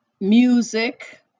Music